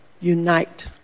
unite